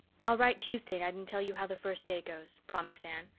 i'll write tuesday night and tell you how the first day goes, promised anne.